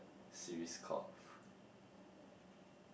series called